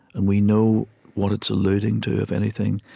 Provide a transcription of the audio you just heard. and we know what it's alluding to, if anything.